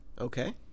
Okay